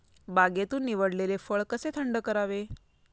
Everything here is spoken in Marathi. बागेतून निवडलेले फळ कसे थंड करावे?